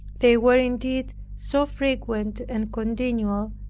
they were indeed so frequent and continual,